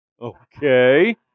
Okay